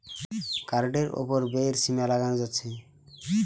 কার্ডের উপর ব্যয়ের সীমা লাগানো যাচ্ছে